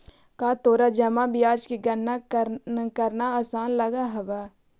का तोरा जमा ब्याज की गणना करना आसान लगअ हवअ